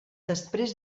després